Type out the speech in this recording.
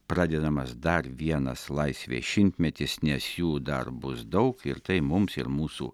pradedamas dar vienas laisvės šimtmetis nes jų dar bus daug ir tai mums ir mūsų